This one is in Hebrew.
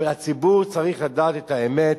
הציבור צריך לדעת את האמת,